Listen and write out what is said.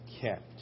kept